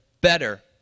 better